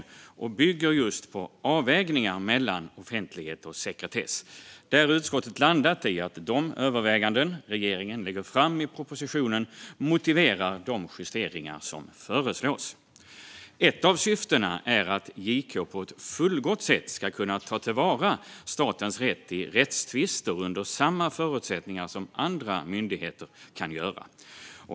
Förslaget bygger på avvägningar mellan offentlighet och sekretess, och utskottet har landat i att de överväganden regeringen lägger fram i propositionen motiverar de justeringar som föreslås. Ett av syftena är att JK på ett fullgott sätt ska kunna ta till vara statens rätt i rättstvister under samma förutsättningar som andra myndigheter kan göra.